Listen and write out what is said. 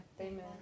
Amen